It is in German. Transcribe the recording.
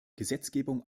gesetzgebung